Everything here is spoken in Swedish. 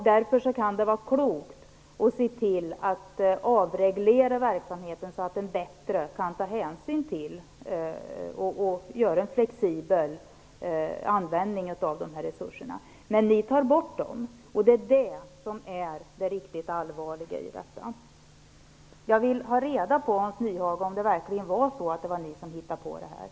Därför kan det vara klokt att se till att avreglera verksamheten så att man kan få en mer flexibel användning av resurserna. Men ni tar bort dem. Det är detta som är det riktigt allvarliga med ert förslag. Jag vill veta, Hans Nyhage, om det verkligen är ni som har hittat på detta.